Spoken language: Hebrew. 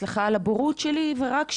סליחה על הבורות שלי ורק שלי,